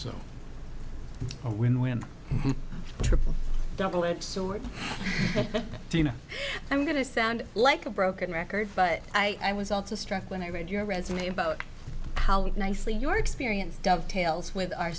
a triple double edged sword you know i'm going to sound like a broken record but i was also struck when i read your resume about how nicely your experience dovetails with our